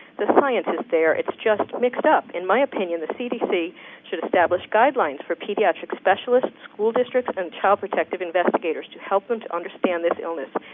the science is there. it's just mixed up. in my opinion, the cdc should establish guidelines for pediatric specialists, school districts, and child protective investigators to help them to understand this illness.